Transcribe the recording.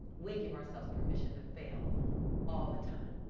we give ourselves permission to fail all the time.